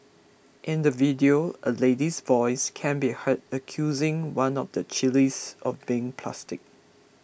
in the video a lady's voice can be heard accusing one of the chillies of being plastic